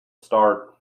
start